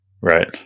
right